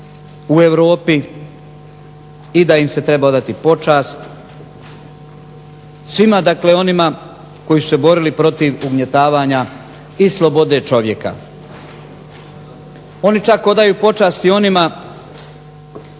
u Europi i da im se treba odati počast, svima onima koji su se borili protiv ugnjetavanja i slobode čovjeka. Oni čak odaju počast i onima